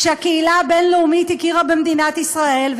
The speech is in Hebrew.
כשהקהילה הבין-לאומית הכירה במדינת ישראל,